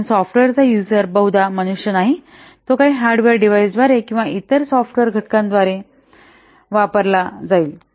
कारण सॉफ्टवेअरचा यूजर बहुधा मनुष्य नाही तो काही हार्डवेअर डिव्हाइसद्वारे किंवा इतर सॉफ्टवेअर घटका द्वारे वापरला जाईल